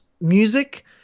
music